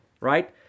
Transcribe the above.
right